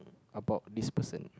about this person